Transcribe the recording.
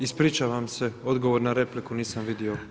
Ispričavam se odgovor na repliku, nisam vidio.